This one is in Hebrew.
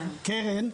קרן,